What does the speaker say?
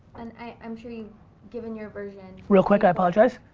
and i'm sure you've given your version real quick, i apologize,